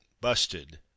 busted